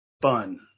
fun